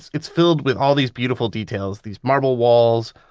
it's filled with all these beautiful details these marble walls,